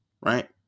right